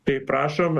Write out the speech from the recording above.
tai prašom